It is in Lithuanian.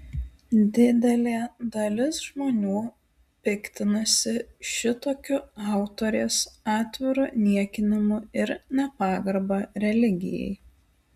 didelė dalis žmonių piktinasi šitokiu autorės atviru niekinimu ir nepagarba religijai